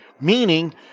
Meaning